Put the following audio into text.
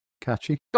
Catchy